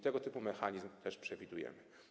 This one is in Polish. Tego typu mechanizm również przewidujemy.